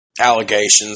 allegations